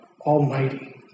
Almighty